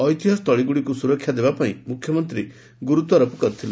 ଐତିହ୍ୟସ୍ଥୁଳୀ ଗୁଡ଼ିକୁ ସୁରକ୍ଷା ଦେବା ପାଇଁ ମୁଖ୍ୟମନ୍ତୀ ଗୁରୁତ୍ୱାରୋପ କରିଥିଲେ